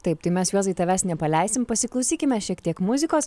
taip tai mes juozai tavęs nepaleisim pasiklausykime šiek tiek muzikos